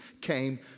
came